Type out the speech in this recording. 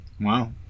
Wow